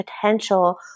potential